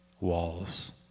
walls